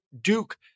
Duke